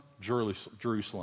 Jerusalem